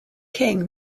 king